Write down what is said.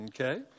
Okay